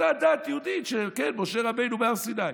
כן, אותה דת יהודית של משה רבנו בהר סיני.